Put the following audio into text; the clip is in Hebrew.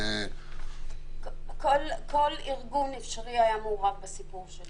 כל ארגון אפשרי היה מעורב בסיפור שלי.